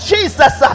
Jesus